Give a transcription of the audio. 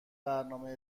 برنامه